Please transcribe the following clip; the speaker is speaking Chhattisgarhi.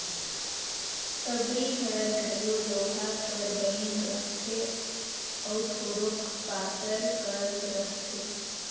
सबरी हर घलो लोहा कर बइन रहथे अउ थोरोक पातर कस रहथे